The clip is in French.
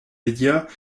médias